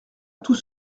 tout